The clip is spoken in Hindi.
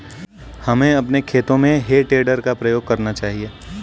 हमें अपने खेतों में हे टेडर का प्रयोग करना चाहिए